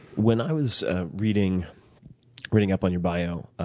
when i was ah reading reading up on your bio,